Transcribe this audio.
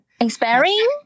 inspiring